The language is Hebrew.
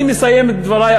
אני מסיים את דברי,